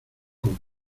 con